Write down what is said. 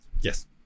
Yes